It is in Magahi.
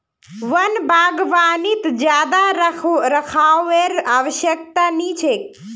वन बागवानीत ज्यादा रखरखावेर आवश्यकता नी छेक